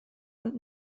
und